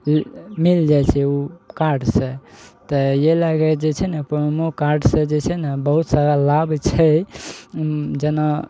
मिल जाइ छै उ कार्डसँ तऽ ई लए कऽ जे छै ने प्रोमो कार्डसँ जे छै ने बहुत सारा लाभ छै जेना